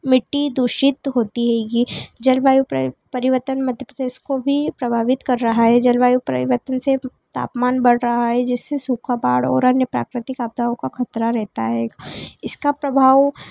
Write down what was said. मिट्टी दूषित होती है जलवायु परिवर्तन मध्य प्रदेश को भी प्रभावित कर रहा है जलवायु परिवर्तन से तापमान बढ़ रहा है जिससे सूखा बाढ़ और अन्य प्राकृतिक आपदाओं का खतरा रहता है इसका प्रभाव